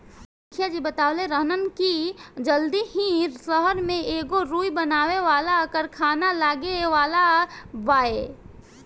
मुखिया जी बतवले रहलन की जल्दी ही सहर में एगो रुई बनावे वाला कारखाना लागे वाला बावे